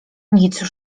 nic